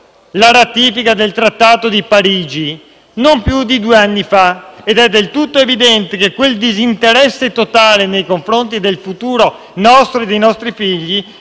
la ratifica del Trattato di Parigi, non più di due anni fa. Ed è del tutto evidente che quel disinteresse totale nei confronti del futuro nostro e dei nostri figli